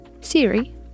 Siri